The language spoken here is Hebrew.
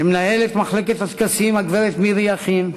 למנהלת מחלקת הטקסים הגברת מירי יכין,